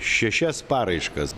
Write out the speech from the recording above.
šešias paraiškas